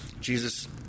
Jesus